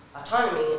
autonomy